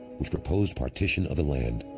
which proposed partition of the land.